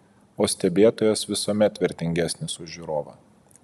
o stebėtojas visuomet vertingesnis už žiūrovą